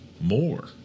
more